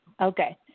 Okay